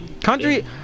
country